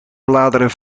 bladeren